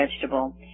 vegetable